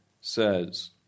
says